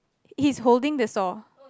he's holding the saw